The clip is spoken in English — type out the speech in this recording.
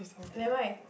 never mind